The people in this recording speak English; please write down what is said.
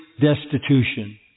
destitution